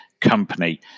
company